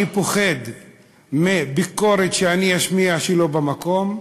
אני פוחד מביקורת שאני אשמיע שהיא לא במקום,